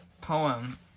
poem